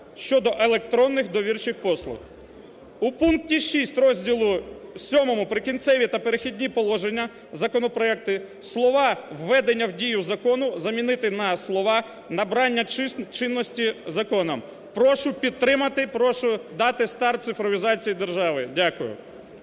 "щодо електронних довірчих послуг". У пункті 6 розділу VII "Прикінцеві" та "Перехідні положення" законопроекти слова "введення в дію закону" замінити на слова "набрання чинності законом". Прошу підтримати, прошу дати старт цифровізації держави. Дякую.